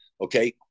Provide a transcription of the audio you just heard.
okay